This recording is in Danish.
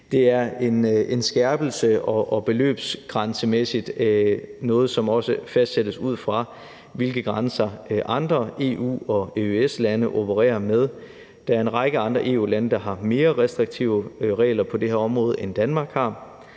Det er en skærpelse, og beløbsgrænsemæssigt er det noget, som fastsættes ud fra, hvilke grænser andre EU- og EØS-lande opererer med. Der er en række andre EU-lande, der har mere restriktive regler på det her område, end Danmark har.